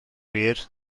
wir